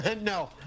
No